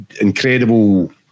incredible